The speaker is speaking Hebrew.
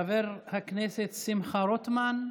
חבר הכנסת שמחה רוטמן,